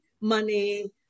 money